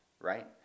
right